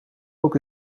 ook